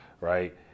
Right